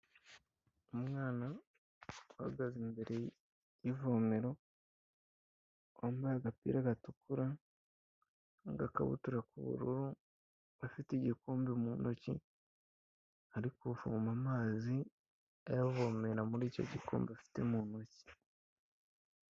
Umwana uhagaze imbere y'ivomero wambye agapira gatukura n'agakabutura k'ubururu, afite igikombe mu ntoki, ari kuvoma amazi ayavomera muri icyo gikombe afite mu ntoki.